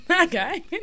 Okay